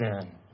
sin